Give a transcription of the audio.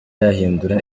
yahindura